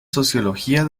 sociología